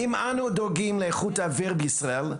אם אנו דואגים לאיכות אוויר בישראל,